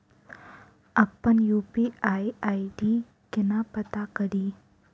अप्पन UPI ID केना पत्ता कड़ी?